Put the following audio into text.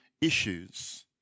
issues